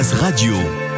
Radio